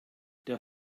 der